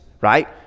right